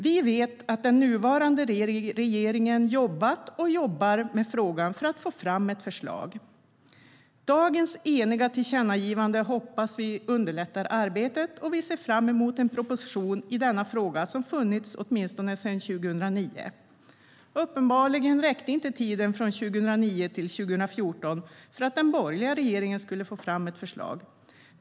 Vi vet att den nuvarande regeringen jobbat och jobbar med frågan för att få fram ett förslag, och dagens eniga tillkännagivande hoppas vi underlättar arbetet. Vi ser fram emot en proposition i denna fråga, som funnits åtminstone sedan 2009. Uppenbarligen räckte inte tiden mellan 2009 och 2014 till för att den tidigare, borgerliga regeringen skulle få fram ett förslag.